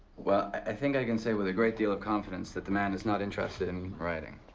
well, i think i can say with a great deal of confidence, that the man is not interested in writing.